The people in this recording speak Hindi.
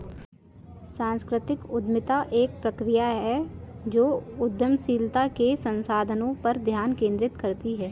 सांस्कृतिक उद्यमिता एक प्रक्रिया है जो उद्यमशीलता के संसाधनों पर ध्यान केंद्रित करती है